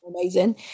Amazing